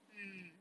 mm